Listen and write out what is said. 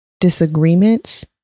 disagreements